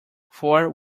fore